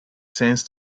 sense